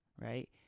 Right